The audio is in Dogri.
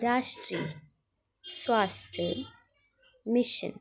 राश्ट्री स्वास्थ्य मिशन